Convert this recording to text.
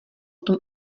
tom